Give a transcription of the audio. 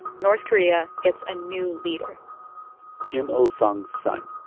north korea gets a new leader kim il sung's son,